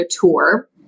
tour